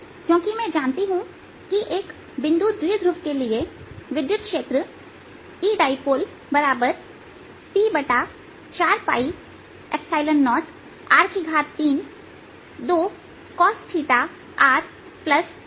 क्योंकि मैं जानती हूं कि एक बिंदु द्विध्रुव के लिए विद्युत क्षेत्र EdipoleP40r32 cosθrsinθ था